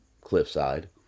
cliffside